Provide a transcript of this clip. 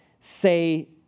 say